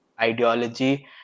ideology